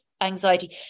Anxiety